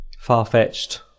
far-fetched